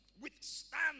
Withstand